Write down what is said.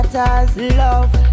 Love